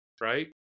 right